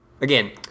Again